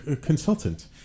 consultant